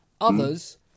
Others